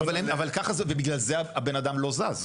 אבל ככה, ובגלל זה הבן אדם לא זז.